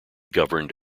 governed